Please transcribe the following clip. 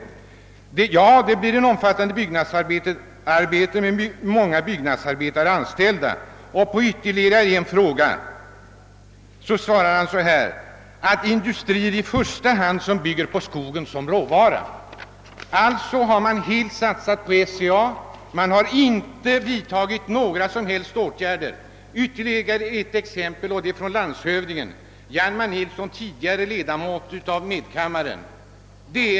Svaret blev: Ja, det blir ett omfattande byggnadsarbete med många byggnadsarbetare anställda. På ytterligare en fråga svarade landshövdingen: Industrier som i första hand bygger på skogen som råvara. Regeringen och den lokala SAP-ledningen har alltså helt satsat på SCA och inte vidtagit några som helst åtgärder. De anförda utlåtandena är ytterligare bevis härför. Och de har som sagt gjorts av landshövdingen Hjalmar Nilsson, tidigare ledamot av medkammaren.